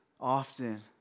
often